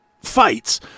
fights